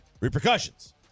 repercussions